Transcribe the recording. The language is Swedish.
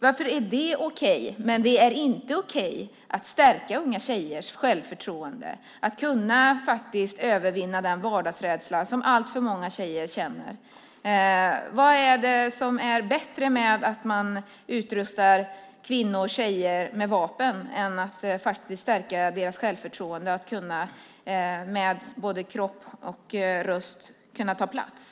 Varför är det okej att använda pepparsprej men inte okej att stärka unga tjejers självförtroende så att de ska kunna övervinna den vardagsrädsla som alltför många känner? Vad är bättre med att utrusta kvinnor och tjejer med vapen i stället för att stärka deras självförtroende så att de med både kropp och röst ska kunna ta plats?